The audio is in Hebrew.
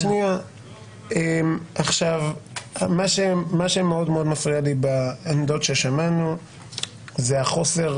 מה שמאוד מאוד מפריע לי בעמדות ששמענו זה חוסר